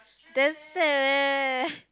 damn sad leh